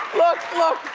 look, look,